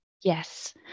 Yes